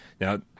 Now